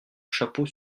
chapeau